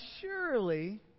surely